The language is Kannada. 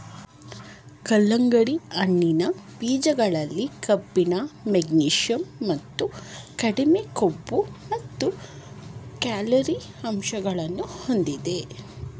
ಕಲ್ಲಂಗಡಿ ಹಣ್ಣಿನ ಬೀಜಗಳಲ್ಲಿ ಕಬ್ಬಿಣ, ಮೆಗ್ನೀಷಿಯಂ ಮತ್ತು ಕಡಿಮೆ ಕೊಬ್ಬು ಮತ್ತು ಕ್ಯಾಲೊರಿ ಅಂಶಗಳನ್ನು ಹೊಂದಿದೆ